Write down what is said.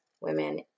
women